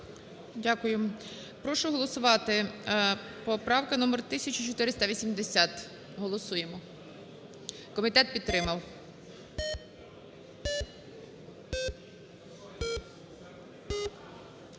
Дякую. Прошу голосувати. Поправка номер 1471. Комітет підтримав.